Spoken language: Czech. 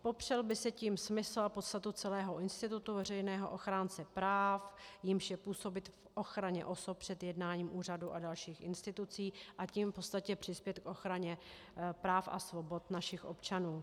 Popřel by se tím smysl a podstata celého institutu veřejného ochránce práv, jímž je působit k ochraně osobě před jednáním úřadů a dalších institucí, a tím v podstatě přispět k ochraně práv a svobod našich občanů.